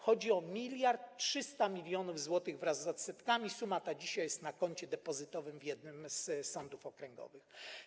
Chodzi o 1300 mln zł wraz z odsetkami, suma ta dzisiaj jest na koncie depozytowym w jednym z sądów okręgowych.